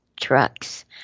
trucks